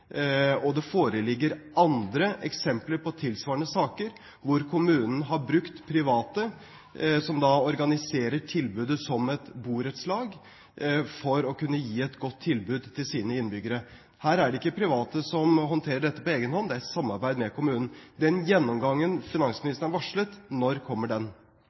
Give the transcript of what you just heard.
Det foreligger andre eksempler på tilsvarende saker, hvor kommunen har brukt private som organiserer tilbudet som et borettslag, for å kunne gi et godt tilbud til sine innbyggere. Her er det ikke private som håndterer dette på egen hånd, det er et samarbeid med kommunen. Den gjennomgangen finansministeren varslet – når kommer den?